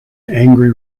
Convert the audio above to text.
angry